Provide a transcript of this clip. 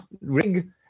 rig